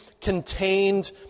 contained